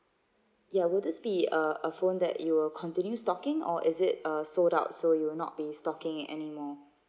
ya would this be uh a phone that you will continue stocking or is it uh sold out so you will not be stocking anymore